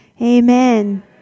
amen